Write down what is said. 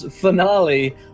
finale